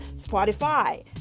Spotify